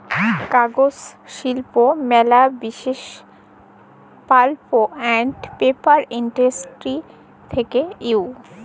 কাগজ শিল্প ম্যালা বিসেস পাল্প আন্ড পেপার ইন্ডাস্ট্রি থেক্যে হউ